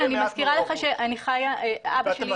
חלילה, אני מזכירה לך את אבא שלי.